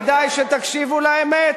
כדאי שתקשיבו לאמת,